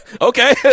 Okay